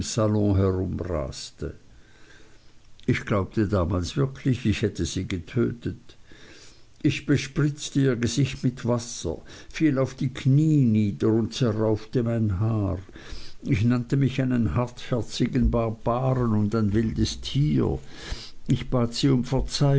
herumraste ich glaubte damals wirklich ich hätte sie getötet ich bespritzte ihr gesicht mit wasser fiel auf die kniee nieder und zerraufte mein haar ich nannte mich einen hartherzigen barbaren und ein wildes tier ich bat sie um